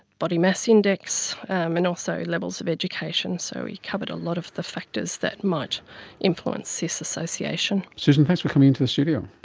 body mass index, and also levels of education. so we covered a lot of the factors that might influence this association. susan, thanks for coming in to the studio.